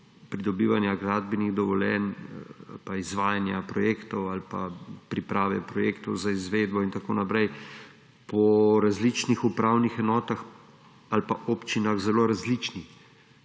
pridobivanja gradbenih dovoljenj, pa izvajanja projektov ali pa priprave projektov za izvedbo in tako naprej, po različnih upravnih enotah ali pa občinah zelo različni.